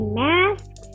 masks